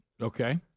Okay